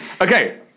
Okay